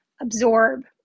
absorb